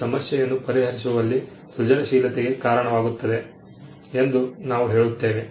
ಇದು ಸಮಸ್ಯೆಯನ್ನು ಪರಿಹರಿಸುವಲ್ಲಿ ಸೃಜನಶೀಲತೆಗೆ ಕಾರಣವಾಗುತ್ತದೆ ಎಂದು ನಾವು ಹೇಳುತ್ತೇವೆ